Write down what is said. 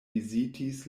vizitis